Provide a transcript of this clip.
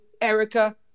erica